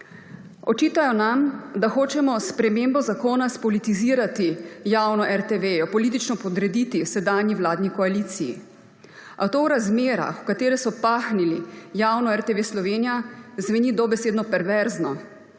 Očitajo nam, da hočemo s spremembo zakona spolitizirati javno RTV, jo politično podrediti sedanji vladni koaliciji. A to v razmerah, v katere so pahnili javno RTV Slovenija, zveni dobesedno perverzno.